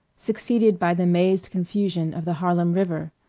succeeded by the mazed confusion of the harlem river.